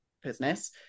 business